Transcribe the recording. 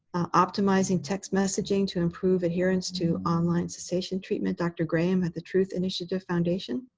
optimizing text messaging to improve adherence to online cessation treatment dr. graham at the truth initiative foundation.